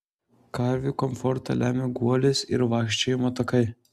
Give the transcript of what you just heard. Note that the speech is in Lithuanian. karvių komfortą lemia guolis ir vaikščiojimo takai